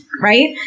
Right